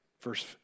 Verse